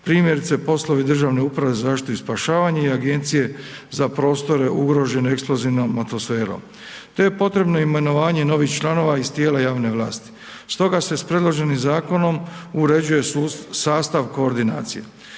primjerice poslovi Državne uprave za zaštitu i spašavanje i Agencije za prostore ugrožene eksplozivnom atmosferom, te je potrebno imenovanje novih članova iz tijela javne vlasti, stoga se s predloženim zakonom uređuje sastav koordinacije.